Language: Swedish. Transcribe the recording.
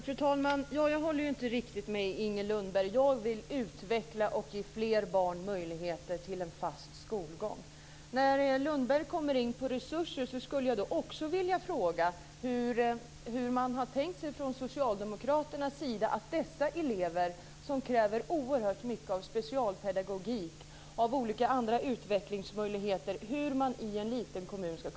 Fru talman! Jag håller ju inte riktigt med Inger Lundberg. Jag vill utveckla det här och ge fler barn möjlighet till en fast skolgång. När Inger Lundberg kommer in på resurser skulle jag också vilja fråga hur socialdemokraterna har tänkt sig att man ska klara av dessa elever, som kräver oerhört mycket av specialpedagogik och olika andra utvecklingsmöjligheter, i en liten kommun?